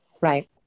Right